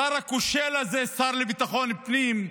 השר הכושל הזה, השר לביטחון פנים,